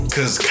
Cause